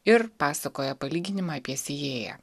ir pasakoja palyginimą apie sėjėją